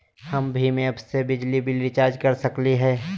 हम भीम ऐप से बिजली बिल रिचार्ज कर सकली हई?